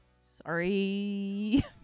sorry